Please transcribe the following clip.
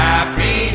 Happy